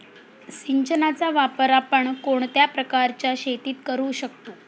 सिंचनाचा वापर आपण कोणत्या प्रकारच्या शेतीत करू शकतो?